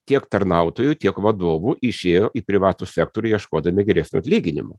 tiek tarnautojų tiek vadovų išėjo į privatų sektorių ieškodami geresnių atlyginimų